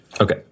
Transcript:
Okay